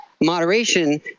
moderation